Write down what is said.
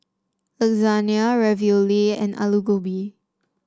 Lasagna Ravioli and Alu Gobi